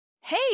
hey